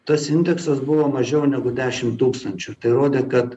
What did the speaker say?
tas indeksas buvo mažiau negu dešim tūkstančių tai rodė kad